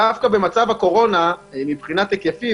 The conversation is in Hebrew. דווקא במצב הקורונה, מבחינת היקפים,